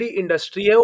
industry